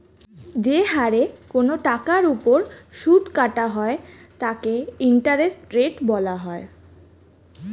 যে হারে কোন টাকার উপর সুদ কাটা হয় তাকে ইন্টারেস্ট রেট বলা হয়